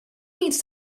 needs